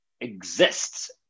exists